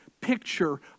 picture